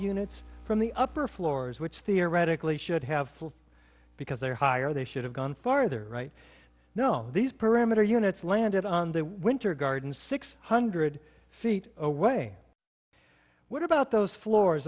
units from the upper floors which theoretically should have full because they're higher they should have gone farther right know these parameter units landed on their winter garden six hundred feet away what about